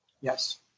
Yes